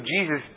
Jesus